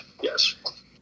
Yes